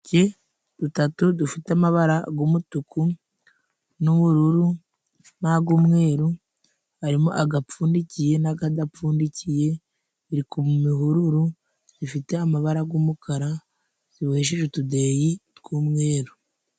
Uduseke dutatu dufite amaba g'umutuku, n'ubururu, n'ag'umweru harimo agapfundikiye n'akadapfundikiye. Biri ku muhururu zifite amabara g'umukara zibohesheje utudeyi tw'umweru.